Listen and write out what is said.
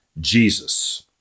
Jesus